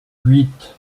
huit